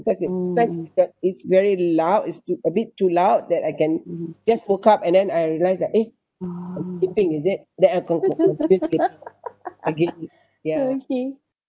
cause it's such such it's very loud it's too a bit too loud that I can just woke up and then I realise that eh I'm sleeping is it then I continue to sleep again ya